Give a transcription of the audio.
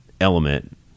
element